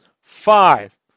Five